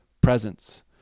presence